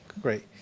great